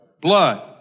blood